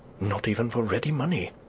not even for ready money.